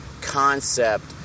concept